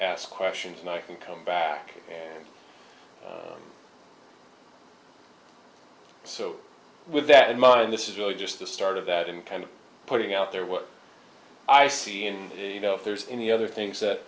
ask questions and i can come back and so with that in mind this is really just the start of that and kind of putting out there what i see and know if there's any other things that